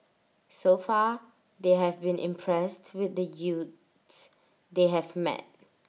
so far they have been impressed with the youths they have met